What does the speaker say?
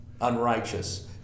unrighteous